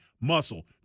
muscle